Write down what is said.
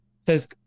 says